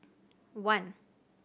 one